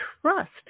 trust